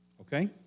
okay